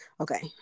okay